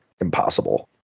impossible